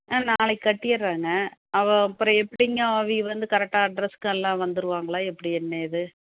ஆ நாளைக்கு கட்டிடுறேங்க அவ அப்புறம் எப்படிங்க அவக வந்து கரெக்டாக அட்ரஸ்க்கு எல்லாம் வந்துடுவாங்களா எப்படி என்ன ஏது